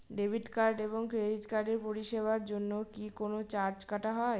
Debit card এবং credit কার্ডের পরিষেবার জন্য কি কোন চার্জ কাটা হয়?